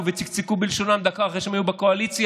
וצקצקו בלשונם דקה אחרי שהם היו בקואליציה,